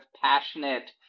passionate